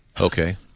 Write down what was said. Okay